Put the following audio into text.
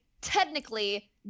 technically